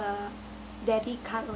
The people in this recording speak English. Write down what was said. the debit card